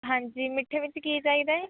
ਹਾਂਜੀ ਮਿੱਠੇ ਵਿੱਚ ਕੀ ਚਾਹੀਦਾ